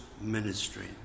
ministry